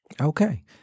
Okay